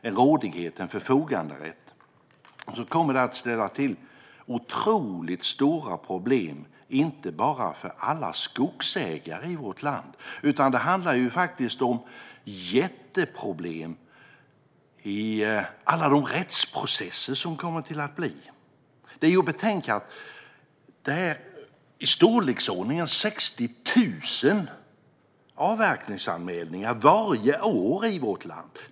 Ett sådant här ingrepp i äganderätten kommer att ställa till otroligt stora problem, inte bara för alla skogsägare i vårt land. Det handlar faktiskt om jätteproblem i alla de rättsprocesser som kommer att bli. Det är att betänka att det är i storleksordningen 60 000 avverkningsanmälningar varje år i vårt land.